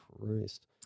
Christ